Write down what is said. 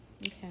Okay